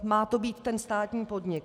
Má to být ten státní podnik.